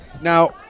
now